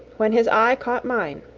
when his eye caught mine.